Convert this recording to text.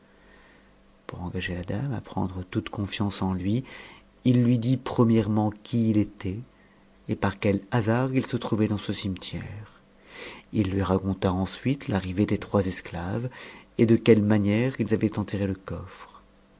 pour engager la dame à prendre toute contiance en lui il lui premièrement qui il était et par que hasard il se trouvait dans ce jtietiere ïhui raconta ensuite l'arrivée des trois esclaves et de queue manière ils avaient enteité le coffre